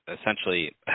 essentially